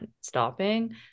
stopping